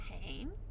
pain